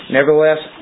Nevertheless